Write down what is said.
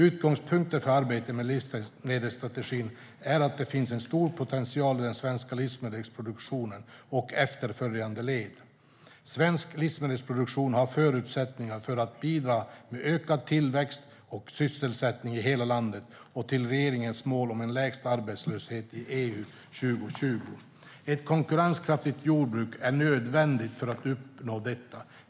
Utgångspunkten för arbetet med livsmedelsstrategin är att det finns en stor potential i den svenska livsmedelsproduktionen och efterföljande led. Svensk livsmedelsproduktion har förutsättningar för att bidra med ökad tillväxt och sysselsättning i hela landet och till regeringens mål om lägst arbetslöshet i EU 2020. Ett konkurrenskraftigt jordbruk är nödvändigt för att uppnå detta.